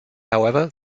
however